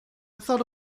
thought